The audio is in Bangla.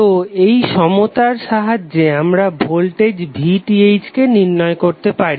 তো এই সমতার সাহায্যে আমরা ভোল্টেজ VTh কে নির্ণয় করতে পারি